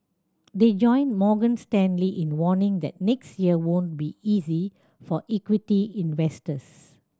they join Morgan Stanley in warning that next year won't be easy for equity investors